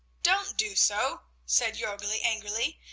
don't do so, said jorgli, angrily,